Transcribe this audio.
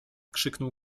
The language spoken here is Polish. krzyczał